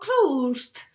closed